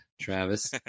Travis